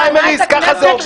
כך זה עובד?